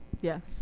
Yes